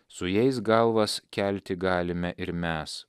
su jais galvas kelti galime ir mes